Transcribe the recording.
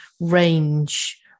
range